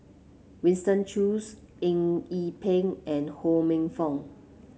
Winston Choos Eng Yee Peng and Ho Minfong